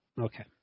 Okay